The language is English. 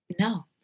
No